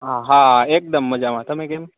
હા એકદમ મજામાં તમે કેમ